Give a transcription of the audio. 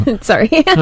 Sorry